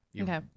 Okay